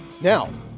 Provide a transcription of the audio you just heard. Now